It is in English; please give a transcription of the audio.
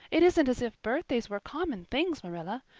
it isn't as if birthdays were common things, marilla.